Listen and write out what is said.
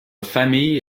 famille